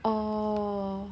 orh